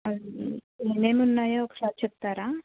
అవి ఏమిమి ఉన్నాయో ఒకసారి చెప్తారా